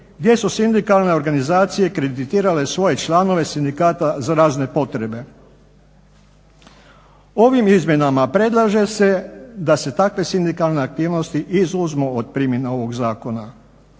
gdje su sindikalne organizacije kreditirale svoje članove sindikata za razne potrebe. Ovim izmjenama predlaže da se takve sindikalne aktivnosti izuzmu od primjene ovoga zakona.